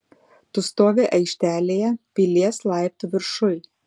tu stovi aikštelėje pilies laiptų viršuj